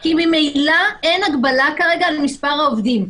כי ממילא אין הגבלה כרגע על מספר העובדים.